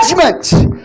judgment